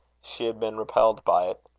she had been repelled by it.